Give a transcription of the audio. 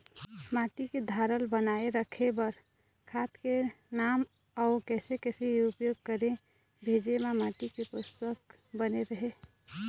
माटी के धारल बनाए रखे बार खाद के नाम अउ कैसे कैसे उपाय करें भेजे मा माटी के पोषक बने रहे?